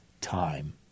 time